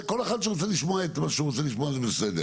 זה כל אחד שרוצה לשמוע את מה שהוא רוצה לשמוע זה בסדר.